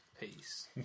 peace